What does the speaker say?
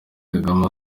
kagame